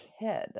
kid